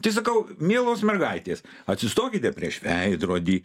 tai sakau mielos mergaitės atsistokite prieš veidrodį